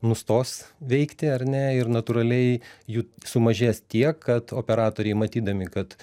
nustos veikti ar ne ir natūraliai jų sumažės tiek kad operatoriai matydami kad